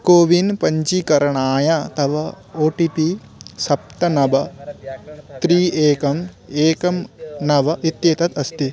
CoWIN पञ्जीकरणाय तव O T P सप्त नव त्रीणि एकम् एकं नव इत्येतत् अस्ति